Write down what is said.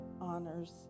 honors